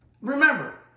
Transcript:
remember